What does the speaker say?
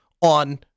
on